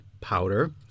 powder